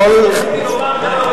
אדוני היושב-ראש,